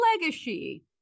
Legacy